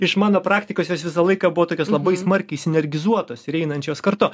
iš mano praktikos jos visą laiką buvo tokios labai smarkiai sinergizuotos ir einančios kartu